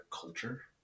culture